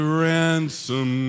ransom